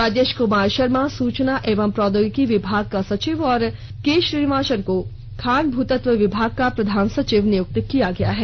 राजेश कुमार शर्मा सूचना एवं प्राद्योगिकी विभाग का सचिव और के श्रीनिवासन को खान भूतत्व विभाग का प्रधान सचिव निय्क्त किया गया है